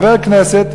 חבר הכנסת,